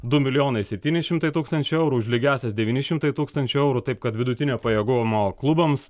du milijonai septyni šimtai tūkstančių eurų už lygiąsias devyni šimtai tūkstančių eurų taip kad vidutinio pajėgumo klubams